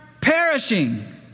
perishing